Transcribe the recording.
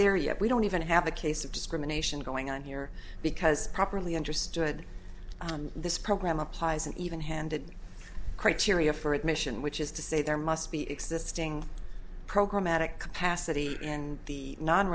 there yet we don't even have a case of discrimination going on here because properly understood this program applies an even handed criteria for admission which is to say there must be existing program attic capacity in the non